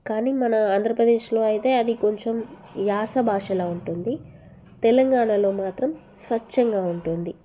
కానీ మన ఆంధ్రప్రదేశ్లో అయితే అది కొంచెం వ్యాసభాషలా ఉంటుంది తెలంగాణలో మాత్రం స్వచ్ఛంగా ఉంటుంది